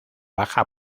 baja